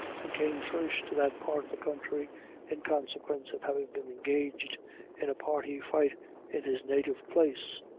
and came first to that part of the country in consequence of having been engaged in a party fight in his native place.